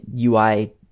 UI